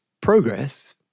progress